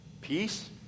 Peace